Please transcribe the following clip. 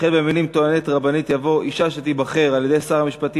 החל במילים 'טוענת רבנית' יבוא 'אישה שתיבחר על-ידי שר המשפטים